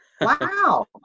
Wow